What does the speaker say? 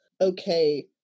okay